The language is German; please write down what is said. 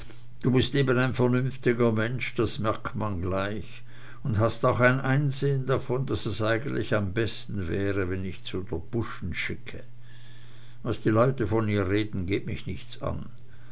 du bist eben ein vernünftiger mensch das merkt man gleich und hast auch ein einsehn davon daß es eigentlich am besten wäre wenn ich zu der buschen schicke was die leute von ihr reden geht mich nichts an